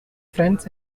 friends